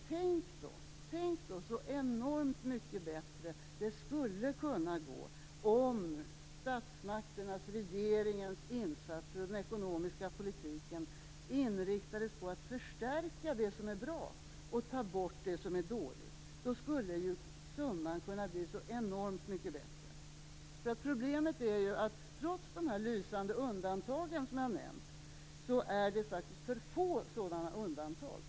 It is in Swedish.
Tänk då så mycket bättre det skulle kunna gå om statsmakternas, regeringens, insatser och den ekonomiska politiken inriktades på att förstärka det som är bra och ta bort det som är dåligt. Då skulle ju summan kunna bli enormt mycket bättre. Problemet är ju att det finns för få lysande undantag som de jag har nämnt.